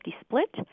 split